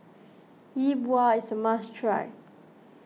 Yi Bua is a must try